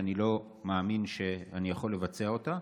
שאני לא מאמין שאני יכול לבצע אותה.